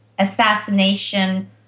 assassination